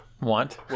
want